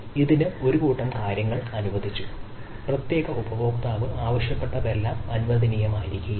ഇതിന് ഒരു കൂട്ടം കാര്യങ്ങൾ അനുവദിച്ചു പ്രത്യേക ഉപഭോക്താവ് ആവശ്യപ്പെട്ടതെല്ലാം അനുവദനീയമായിരിക്കില്ല